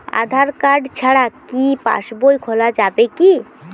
আধার card ছাড়া কি পাসবই খোলা যাবে কি?